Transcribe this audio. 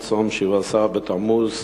היום צום שבעה-עשר בתמוז.